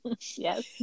yes